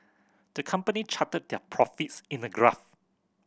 the company charted their profits in a graph